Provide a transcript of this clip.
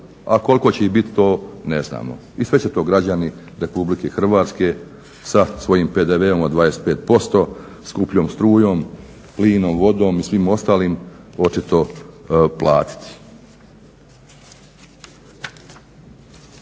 a koliko će ih biti to ne znamo i sve će to građani Republike Hrvatske sa svojim PDV-om od 25%, skupljom strujom, plinom, vodom i svim ostalim očito platiti.